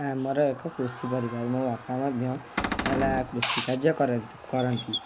ଆମର ଏକ କୃଷି ପରିବାର ମୋ ବାପା ମଧ୍ୟ ହେଲା କୃଷି କାର୍ଯ୍ୟ କରନ୍ତୁ କରନ୍ତି